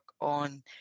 on